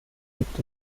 gibt